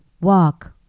walk